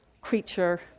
creature